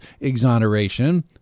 exoneration